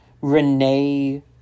Renee